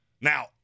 Now